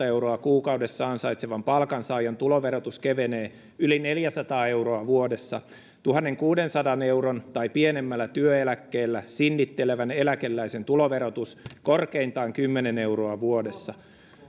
euroa kuukaudessa ansaitsevan palkansaajan tuloverotus kevenee yli neljäsataa euroa vuodessa tuhannenkuudensadan euron tai pienemmällä työeläkkeellä sinnittelevän eläkeläisen tuloverotus korkeintaan kymmenen euroa vuodessa